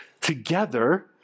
together